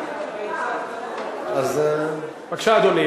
אז זה מפתיע אותך.